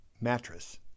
mattress